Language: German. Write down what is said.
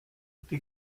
die